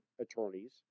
attorneys